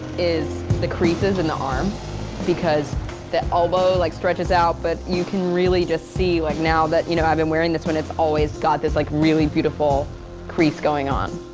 is the creases in the arm because the elbow like stretches out, but you can really just see like now that, you know, i've been wearing this one, it's always got this like really beautiful crease going on.